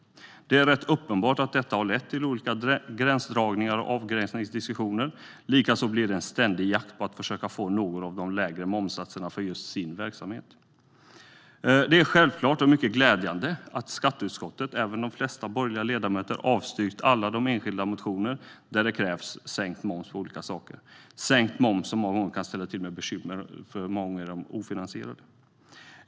Det är rätt uppenbart att detta har lett till olika gränsdragnings och avgränsningsdiskussioner. Likaså blir det en ständig jakt på att försöka få någon av de lägre momssatserna för den egna verksamheten. Det är mycket glädjande att skatteutskottet, även de flesta borgerliga ledamöter, har avstyrkt alla de enskilda motioner där det krävs sänkt moms på olika saker. Sänkt moms kan många gånger ställa till med bekymmer eftersom det ofta är ofinansierat.